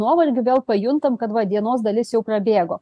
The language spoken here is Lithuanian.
nuovargiu vėl pajuntam kad va dienos dalis jau prabėgo